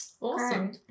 Awesome